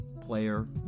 player